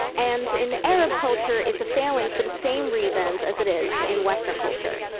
and in arab culture it's a failing for the same reasons as it is in western culture.